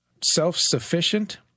self-sufficient